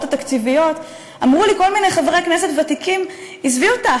התקציביות אמרו לי כל מיני חברי כנסת ותיקים: עזבי אותך,